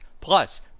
Plus